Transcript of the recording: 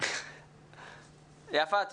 אני